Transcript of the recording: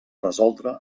resoldre